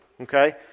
okay